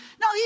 No